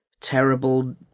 terrible